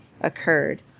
occurred